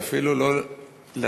ואפילו לא לדעת,